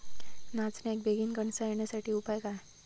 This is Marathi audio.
नाचण्याक बेगीन कणसा येण्यासाठी उपाय काय?